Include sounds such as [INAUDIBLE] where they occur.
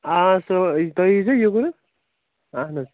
آ سُہ تُہۍ ییٖزیو [UNINTELLIGIBLE] اہن حظ